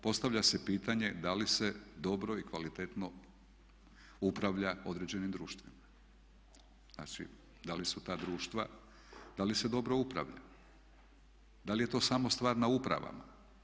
Postavlja se pitanje da li se dobro i kvalitetno upravlja određenim društvima, znači da li su ta društva, da li se dobro upravlja, da li je to samo stvar na upravama?